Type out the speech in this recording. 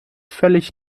völlig